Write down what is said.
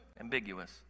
ambiguous